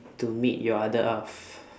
to meet your other half